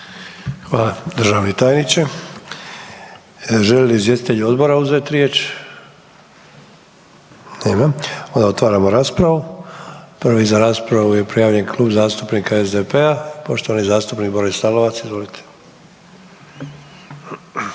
Hvala državni tajniče. Žele li izvjestitelji odbora uzeti riječ? Nema. Onda otvaramo raspravu, prvi za raspravu je prijavljen Klub zastupnika SDP-a, poštovani zastupnik Boris Lalovac, izvolite.